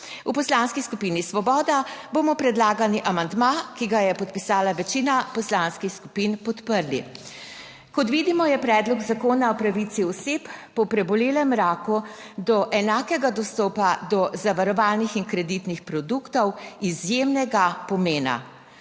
V Poslanski skupini Svoboda bomo predlagani amandma, ki ga je podpisala večina poslanskih skupin, podprli. Kot vidimo, je predlog zakona o pravici oseb po prebolelem raku do enakega dostopa do zavarovalnih in kreditnih produktov izjemnega pomena.